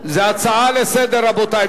זה הצעה לסדר-היום, רבותי.